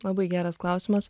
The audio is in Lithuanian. labai geras klausimas